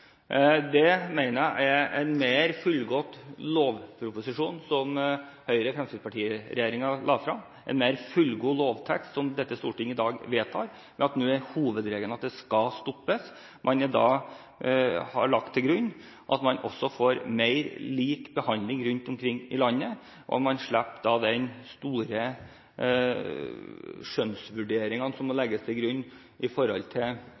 Jeg mener Høyre–Fremskrittsparti-regjeringen la frem er en bedre lovproposisjon, en bedre lovtekst, som dette Stortinget i dag vedtar, ved at hovedregelen nå er at bidraget skal stoppes ved barnebortføring. Man har lagt til grunn at man også får mer lik behandling rundt omkring i landet, og man slipper den store skjønnsvurderingen som